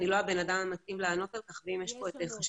אני לא הבן אדם המתאים לענות על כך ואם יש פה את חשב